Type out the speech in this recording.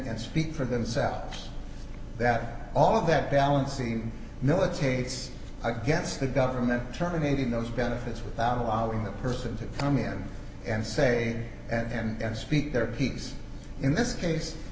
and speak for themselves that all of that balancing militates against the government terminating those benefits without allowing that person to come in and say and speak their piece in this case